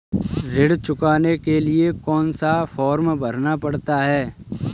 ऋण चुकाने के लिए कौन सा फॉर्म भरना पड़ता है?